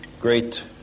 Great